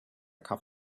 cup